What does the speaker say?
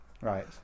Right